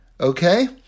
Okay